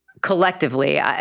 collectively